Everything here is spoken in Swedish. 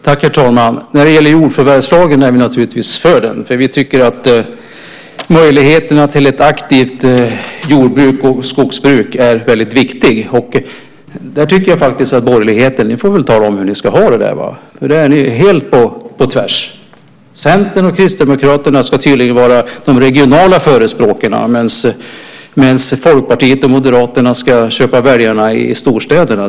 Herr talman! Jordförvärslagen är vi naturligtvis för. Vi tycker att möjligheterna till ett aktivt jordbruk och skogsbruk är väldigt viktiga. Där tycker jag faktiskt att borgerligheten får tala om hur de ska ha det. Där är det helt på tvärs. Centern och Kristdemokraterna ska tydligen vara de regionala förespråkarna medan Folkpartiet och Moderaterna ska köpa väljarna i storstäderna.